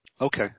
Okay